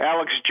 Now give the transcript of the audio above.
Alex